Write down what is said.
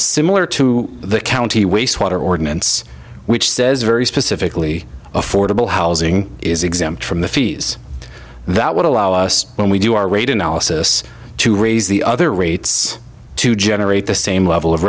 similar to the county waste water ordinance which says very specifically affordable housing is exempt from the fees that would allow us when we do our rate analysis to raise the other rates to generate the same level of